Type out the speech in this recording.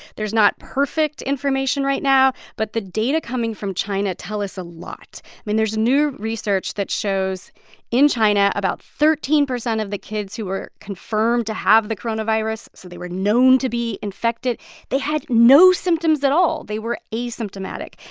there's not perfect information right now, but the data coming from china tell us a lot. i mean, there's new research that shows in china, about thirteen percent of the kids who were confirmed to have the coronavirus so they were known to be infected they had no symptoms at all. they were asymptomatic.